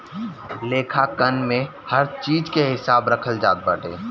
लेखांकन में हर चीज के हिसाब रखल जात बाटे